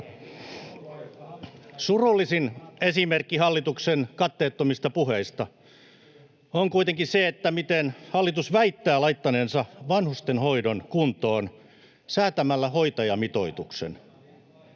Surullisin esimerkki hallituksen katteettomista puheista on kuitenkin se, miten hallitus väittää laittaneensa vanhustenhoidon kuntoon säätämällä hoitajamitoituksen.